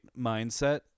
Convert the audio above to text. mindset